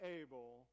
able